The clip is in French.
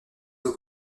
eaux